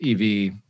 ev